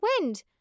wind